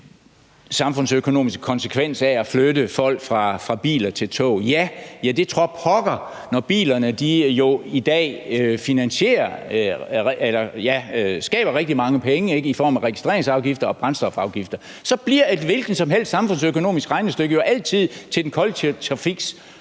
samfundsøkonomiske konsekvens af at flytte folk fra biler til tog, vil jeg sige: Ja, det tror pokker, når bilerne i dag genererer rigtig mange penge i form af registreringsafgifter og brændstofafgifter. Så bliver et hvilken som helst samfundsøkonomisk regnestykke jo altid til den kollektive